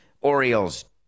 Orioles